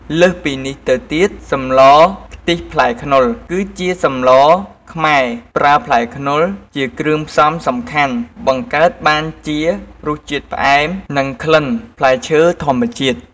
លើសពីនេះទៅទៀត សម្លរខ្ទិះផ្លែខ្នុរ គឺជាសម្លខ្មែរ ប្រើផ្លែខ្នុរជាគ្រឿងផ្សំសំខាន់ បង្កើតបានជារសជាតិផ្អែម និងក្លិនផ្លែឈើធម្មជាតិ។